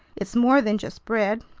it's more than just bread,